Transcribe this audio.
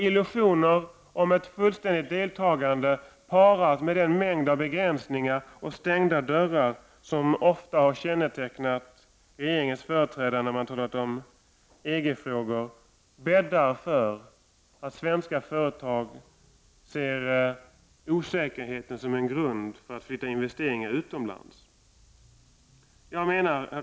Illusioner om ett fullständigt deltagande parade med den mängd av begränsningar och stängda dörrar — som ofta kännetecknat regeringens företrädare när de talat om EG-frågor — bäddar för att svenska företag ser osäkerheten som en grund för att flytta investeringar utomlands. Herr talman!